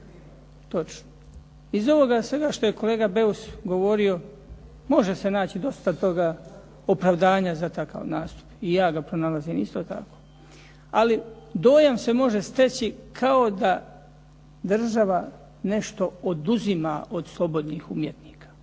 Iz ovoga svega što je kolega Beus govorio može se naći dosta toga opravdanja za takav nastup i ja ga pronalazim isto tako. Ali dojam se može steći kao da država nešto oduzima od slobodnih umjetnika,